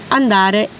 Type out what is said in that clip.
andare